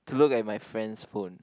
to look at my friend's phone